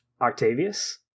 octavius